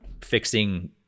fixing